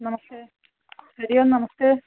नमस्ते हरिः ओम् नमस्ते